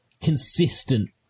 consistent